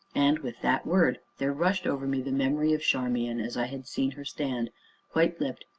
and, with that word, there rushed over me the memory of charmian as i had seen her stand white-lipped,